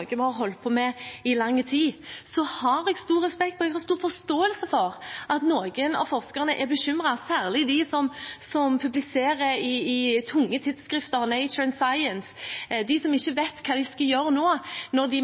har holdt på med i lang tid. Jeg har stor respekt og stor forståelse for at noen av forskerne er bekymret, særlig de som publiserer i tunge tidsskrifter som Nature and Science, de som ikke vet hva de skal gjøre nå når de